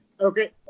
Okay